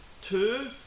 Two